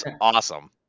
awesome